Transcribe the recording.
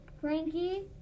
Frankie